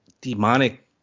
demonic